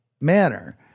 manner